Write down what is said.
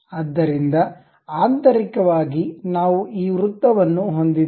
ಆದ್ದರಿಂದ ಆಂತರಿಕವಾಗಿ ನಾವು ಈ ವೃತ್ತವನ್ನು ಹೊಂದಿದ್ದೇವೆ